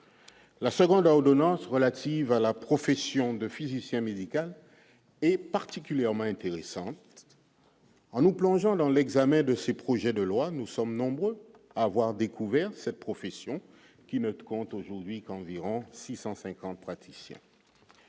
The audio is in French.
la seconde ordonnance relative à la profession de physicien médical est particulièrement intéressante. En nous plongeant dans l'examen de ces projets de loi, nous sommes nombreux à avoir découvert cette profession qui ne compte aujourd'hui qu'environ 650 praticiens.